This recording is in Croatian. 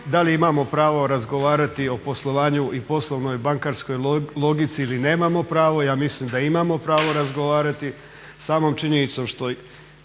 da li imamo pravo razgovarati o poslovanju i poslovnoj bankarskoj logici ili nemamo pravo. Ja mislim da imamo pravo razgovarati samom činjenicom što